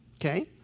Okay